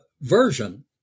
Version